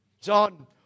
John